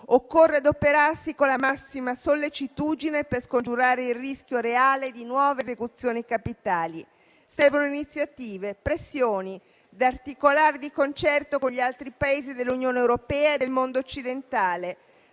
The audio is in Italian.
Occorre adoperarsi con la massima sollecitudine per scongiurare il rischio reale di nuove esecuzioni capitali. Servono iniziative e pressioni da articolare di concerto con gli altri Paesi dell'Unione europea e del mondo occidentale